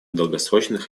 долгосрочных